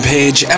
Page